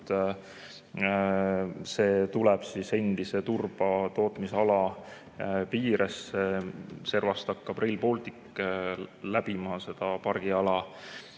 see tuleb endise turbatootmisala piiresse, servast hakkab Rail Baltic läbima seda pargiala.